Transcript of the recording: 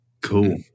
Cool